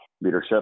leadership